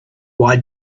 why